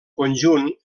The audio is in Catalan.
conjunt